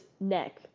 neck